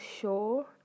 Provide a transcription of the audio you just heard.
show